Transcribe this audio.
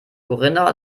corinna